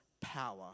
power